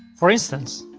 for instance,